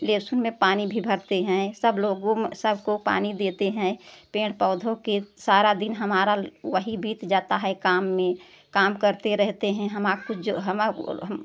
लहसुन में पानी भी भरते हैं सब लोगों में सब को पानी देते हैं पेड़ पौधों के सारा दिन हमारा वही बीत जाता है काम में काम करते रहते हैं हमार कुछ जो हमा हम